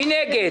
מי נגד?